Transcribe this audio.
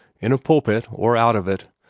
in a pulpit or out of it,